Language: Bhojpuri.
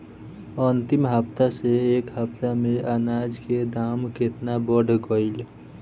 अंतिम हफ्ता से ए हफ्ता मे अनाज के दाम केतना बढ़ गएल?